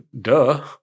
duh